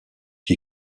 qui